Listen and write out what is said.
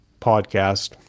podcast